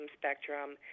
spectrum